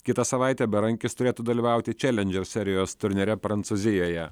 kitą savaitę berankis turėtų dalyvauti challenger serijos turnyre prancūzijoje